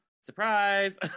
surprise